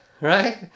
right